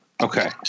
okay